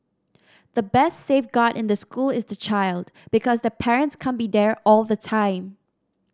the best safeguard in the school is the child because the parents can't be there all the time